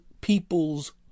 people's